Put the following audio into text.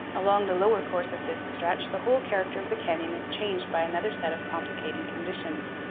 along the lower course of this stretch the whole character of the canyon is changed by another set of complicating conditions.